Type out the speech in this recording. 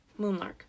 Moonlark